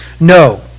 No